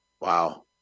Wow